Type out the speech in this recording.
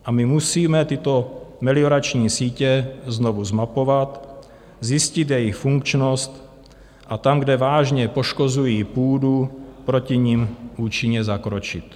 A my musíme tyto meliorační sítě znovu zmapovat, zjistit jejich funkčnost a tam, kde vážně poškozují půdu, proti nim účinně zakročit.